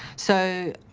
so